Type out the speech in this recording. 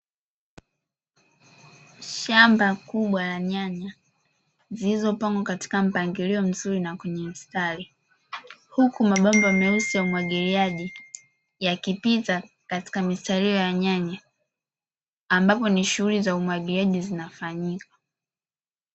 Shamba kubwa la nyanya zilizopangwa katika mpangilio mzuri na kwenye mstari. Huku mabomba meusi ya umwagiliaji yakipita katika mistari ya nyanya, ambapo ni shughuli ya umwagiliaji zinafanyika.